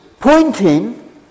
pointing